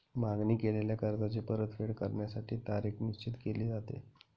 मागणी केलेल्या कर्जाची परतफेड करण्यासाठी तारीख निश्चित केली जाते